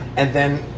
and then